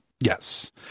yes